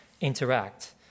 interact